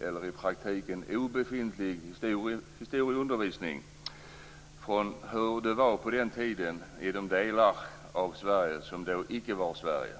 en i praktiken obefintlig historieundervisning om hur det var på den tiden då delar av Sverige icke tillhörde Sverige.